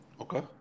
Okay